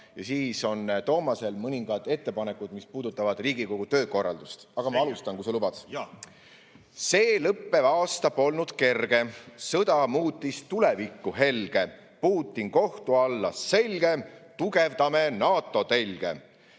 ja siis on Toomasel mõningad ettepanekud, mis puudutavad Riigikogu töökorraldust. Aga ma alustan, kui sa lubad. Selge. Jaa. See lõppev aasta polnud kerge. / Sõda muutis tuleviku helge. / Putin kohtu alla – selge! / Tugevdame NATO telge!